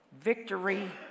victory